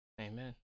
amen